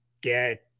get